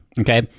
okay